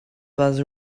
was